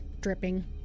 dripping